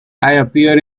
appear